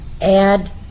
add